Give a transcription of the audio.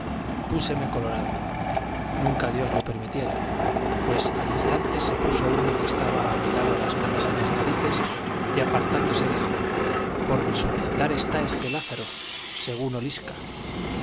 reírse púseme colorado nunca dios lo permitiera pues al instante se puso uno que estaba a mi lado las manos en las narices y apartándose dijo por resucitar está este lázaro según olisca